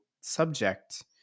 subject